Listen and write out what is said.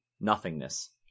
nothingness